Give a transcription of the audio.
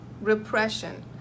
Repression